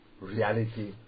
reality